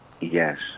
Yes